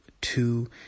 two